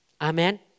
Amen